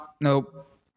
Nope